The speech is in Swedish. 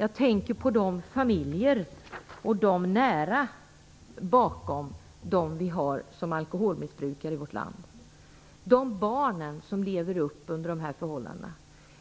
Jag tänker på de familjer och andra närstående som finns bakom alkoholmissbrukarna i vårt land och på de barn som växer upp under dessa förhållanden.